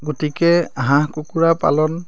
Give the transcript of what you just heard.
গতিকে হাঁহ কুকুৰা পালন